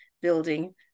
building